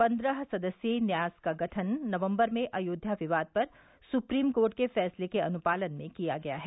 पन्द्रह सदस्यीय न्यास का गठन नवंबर में अयोध्या विवाद पर सुप्रीम कोर्ट के फैंसले के अनुपालन में किया गया है